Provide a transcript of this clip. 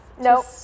Nope